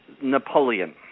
Napoleon